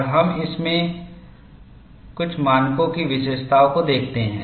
और हम इनमें से कुछ मानकों की विशेषताओं को देखते हैं